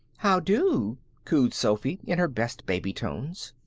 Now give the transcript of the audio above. how-do! cooed sophy in her best baby tones.